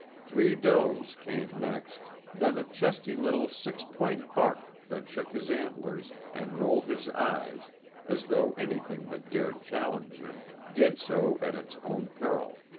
three does came next, then a chesty little six-point buck that shook his antlers and rolled his eyes as though anything that dared challenge him did so at its own peril.